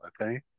okay